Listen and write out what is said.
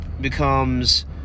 becomes